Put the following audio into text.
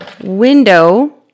window